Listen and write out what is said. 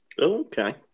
Okay